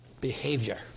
behavior